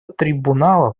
трибунала